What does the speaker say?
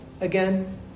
again